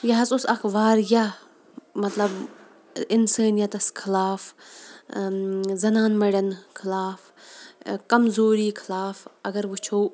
یہِ حظ اوس واریاہ مطلب اِنسٲنیتَس خلاف زَنان مَڈٮ۪ن خلاف کمزوٗری خلاف اگر وٕچھو